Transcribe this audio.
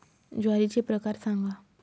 ज्वारीचे प्रकार सांगा